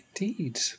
Indeed